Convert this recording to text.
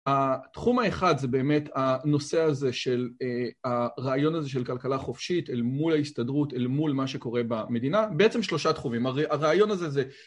התחום האחד זה באמת הנושא הזה של הרעיון הזה של כלכלה חופשית אל מול ההסתדרות, אל מול מה שקורה במדינה בעצם שלושה תחומים, הרעיון הזה זה